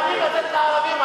מוכנים לתת לערבים,